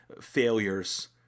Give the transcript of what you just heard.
failures